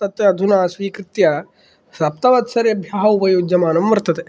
तत् अधुना स्वीकृत्य सप्तवत्सरेभ्यः उपयुज्जमानं वर्तते